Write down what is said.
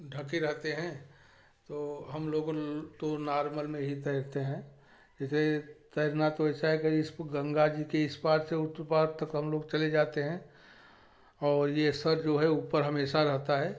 ढके रहते हैं तो हम लोग तो नार्मल में ही तैरते हैं जैसे तैरना तो ऐसा है अगर इस पार गंगा जी के इस पार से उस पार तक हम लोग चले जाते हैं और यह सर जो है ऊपर हमेशा रहता है